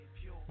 pure